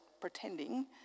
pretending